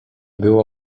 było